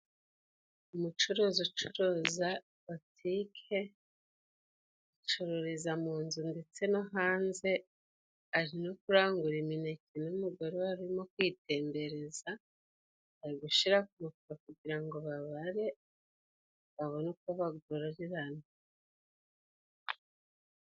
Umucuruzi ucuruza butike acururiza mu nzu ndetse no hanze ,ari no kurangura imineke n'umugore wari urimo kuyitembereza, bari gushira Ku mufuka kugira ngo babare babone uko bagura zirangiye.